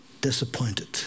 disappointed